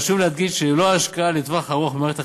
חשוב להדגיש שללא השקעה לטווח ארוך במערכת החינוך,